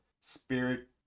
spirit